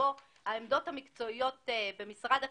שבו העמדה המקצועית של משרד הכלכלה,